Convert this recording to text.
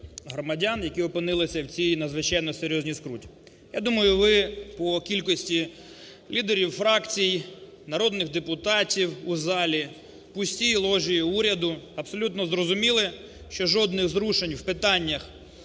Я думаю ви по кількості лідерів фракцій, народних депутатів у залі, пустій ложі уряду абсолютно зрозуміли, що жодних зрушень в питаннях